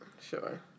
Sure